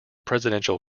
presidential